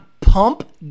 pump